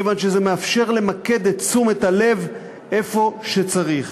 מכיוון שזה מאפשר למקד את תשומת הלב איפה שצריך.